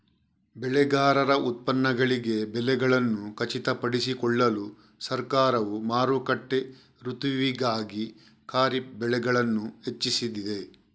ಬೆಳೆಗಾರರ ಉತ್ಪನ್ನಗಳಿಗೆ ಬೆಲೆಗಳನ್ನು ಖಚಿತಪಡಿಸಿಕೊಳ್ಳಲು ಸರ್ಕಾರವು ಮಾರುಕಟ್ಟೆ ಋತುವಿಗಾಗಿ ಖಾರಿಫ್ ಬೆಳೆಗಳನ್ನು ಹೆಚ್ಚಿಸಿದೆ